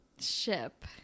Ship